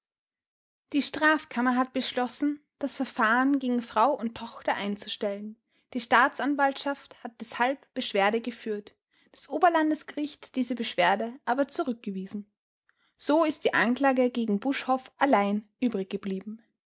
die strafkammer hat beschlossen das verfahren gegen frau und tochter einzustellen die staatsanwaltschaft hat deshalb beschwerde geführt das oberlandesgericht diese beschwerde aber zurückgewiesen so ist die anklage gegen buschhoff allein